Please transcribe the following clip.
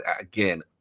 Again